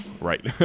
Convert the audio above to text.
right